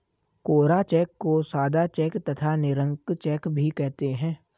कोरा cheque को सादा cheque तथा निरंक चेक भी कहते हैं